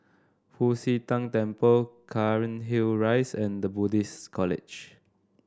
Fu Xi Tang Temple Cairnhill Rise and The Buddhist College